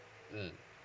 mm